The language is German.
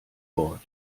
wort